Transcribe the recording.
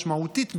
משמעותית,